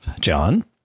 John